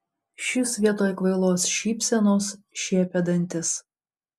šis vietoj kvailos šypsenos šiepė dantis